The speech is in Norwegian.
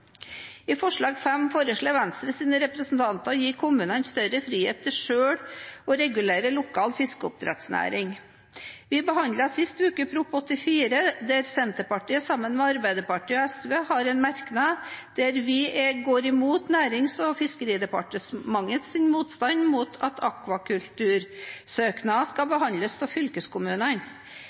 i dag. I forslag nr. 6 foreslår Venstres representanter å gi kommunene større frihet til selv å regulere lokal fiskeoppdrettsnæring. Vi behandlet sist uke Prop. 84 S for 2016–2017, der Senterpartiet sammen med Arbeiderpartiet og SV har en merknad der vi går imot Nærings- og fiskeridepartementets motstand mot at akvakultursøknader skal behandles av fylkeskommunene.